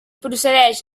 procedeix